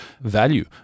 value